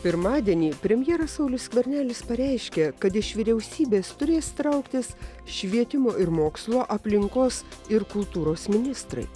pirmadienį premjeras saulius skvernelis pareiškė kad iš vyriausybės turės trauktis švietimo ir mokslo aplinkos ir kultūros ministrai